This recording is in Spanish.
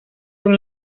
son